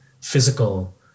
physical